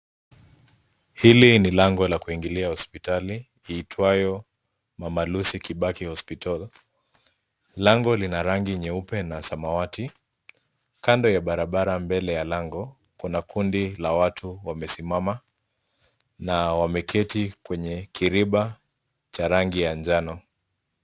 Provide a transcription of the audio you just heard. Hili na lango la kuingilia hosipitali iitwayo Mama Lucy Kibaki Hospital. Lango lina rangi nyeupe na samawati. Kando ya barabara mbele ya lango kuna kundi la watu wamesimama na wameketi kwenye kiriba cha rangi ya njano.